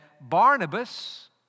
Barnabas